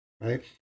Right